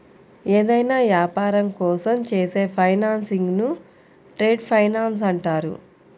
ఏదైనా యాపారం కోసం చేసే ఫైనాన్సింగ్ను ట్రేడ్ ఫైనాన్స్ అంటారు